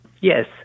Yes